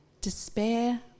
despair